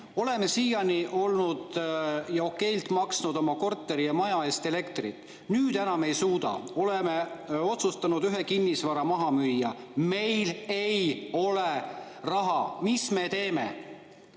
"Oleme siiani okeilt maksnud oma korteri ja maja eest elektrit. Nüüd enam ei suuda. Oleme otsustanud ühe kinnisvara maha müüa. Meil ei ole raha! Mis me teeme?"